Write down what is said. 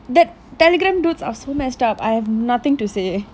te~ telegram dudes are so messed up I have nothing to say